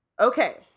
Okay